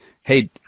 hey